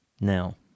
Now